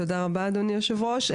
תודה רבה, אדוני יושב הראש.